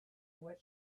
what